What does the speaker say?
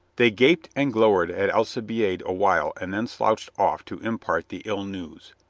they gaped and glowered at alcibiade a while and then slouched off to impart the ill news.